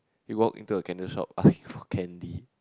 you walk into a candle shop ask for candy